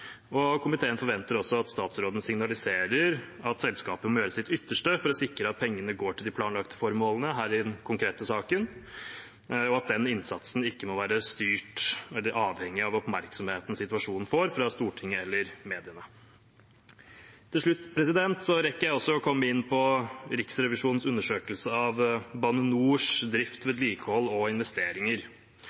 og komiteen forventer også at statsråden signaliserer at selskapet må gjøre sitt ytterste for å sikre at pengene går til de planlagte formålene her i den konkrete saken, og at den innsatsen ikke må være styrt av eller være avhengig av oppmerksomheten situasjonen får fra Stortinget eller mediene. Jeg rekker også å komme inn på Riksrevisjonens undersøkelse av Bane NORs drift, vedlikehold og investeringer.